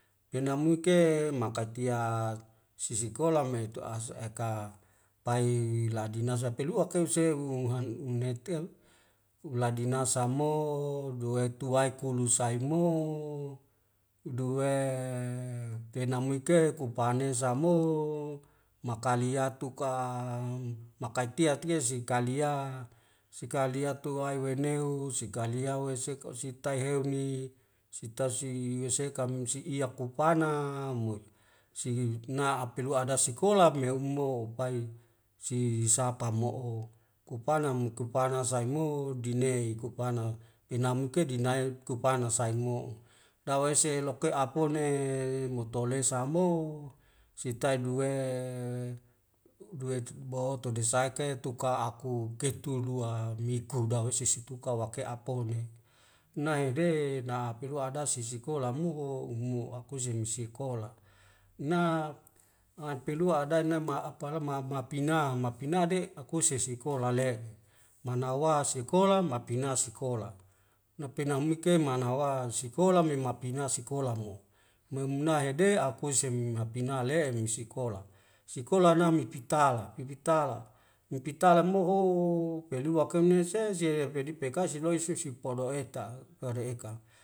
Kena muik ke makatiak sisikola me tu asu eka pai ladinasa teluak keu sue'u han unetel uladinasa mo duwe tuwaik kulusaimo duwe tenamuik ke kupane sama mo makaliatuk a makatia tia si kali a sikalia tu wae weneu sikaliau wesek osek ositai heu ni sitausi weseka amsi'iak kupana moi sihibna apelua ada sikola me umo pai si sapa mo'o kupana mo kupana saimo denei kupana pinamuke dinaik kupana sai mo'o. dawese loke' apone mutolesa mo sitai duwe bo tude saike tuka aku ke tulua mi kudawesi situka wake apone nai de na apelua ade sisikola mo ho umo akuse misikola nak a pelua adanama apala ma ma pina ma pina de akuse sikola le manawa sikola mapina sikola napena mike manawa sikola me mapina sikola mo me muna yahde akusem hapina le misikola. sikola na mipitala pipitala mipitala mohooo peluak kemnese sye pedi pekai seloi susi polo eta'ak kada eka